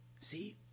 see